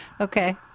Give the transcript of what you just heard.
Okay